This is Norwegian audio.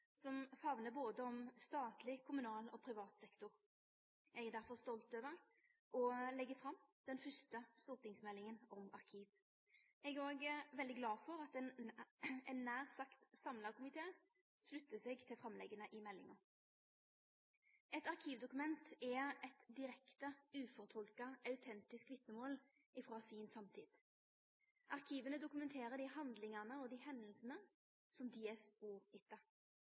som famnar om både statleg, kommunal og privat sektor. Eg er derfor stolt over å leggje fram den første stortingsmeldinga om arkiv. Eg er òg veldig glad for at ein nær sagt samla komité sluttar seg til framlegga i meldinga. Eit arkivdokument er eit direkte, ufortolka, autentisk vitnemål frå si samtid. Arkiva dokumenterer dei handlingane og dei hendingane som dei